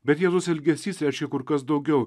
bet jėzaus elgesys reiškia kur kas daugiau